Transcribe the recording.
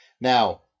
Now